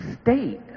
state